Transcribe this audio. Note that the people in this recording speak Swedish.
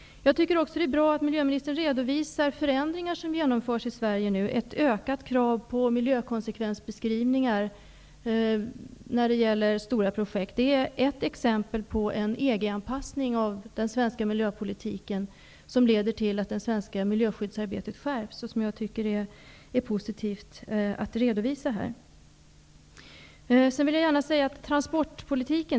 Det är också bra att miljöministern redovisar de förändringar som nu genomförs i Sverige. Ett ökat krav på miljökonsekvensbeskrivningar när det gäller stora projekt är ett exempel på en EG anpassning av den svenska miljöpolitiken, som leder till att det svenska miljöskyddsarbetet skärps. Det är positivt att få detta redovisat här.